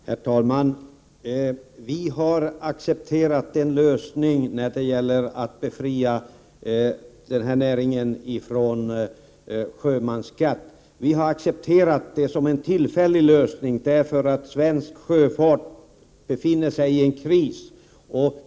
Herr talman! Vi har accepterat en lösning när det gäller att befria den här 15 december 1988 näringen från sjömansskatt. Vi har accepterat förslaget som en tillfällig 77 ot lösning därför att svensk sjöfart befinner sig i kris.